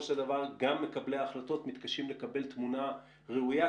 של דבר גם מקבלי ההחלטות מתקשים לקבל תמונה ראויה,